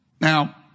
Now